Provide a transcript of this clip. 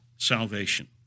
salvation